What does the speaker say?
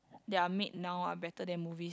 they are made now are better than movies